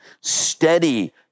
steady